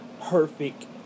perfect